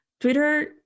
Twitter